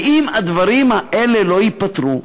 ואם הדברים האלה לא ייפתרו,